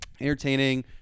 entertaining